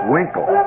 Winkle